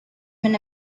when